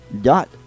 dot